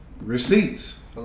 receipts